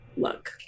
look